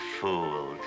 fooled